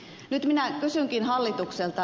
nyt minä kysynkin hallitukselta